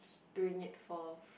doing it for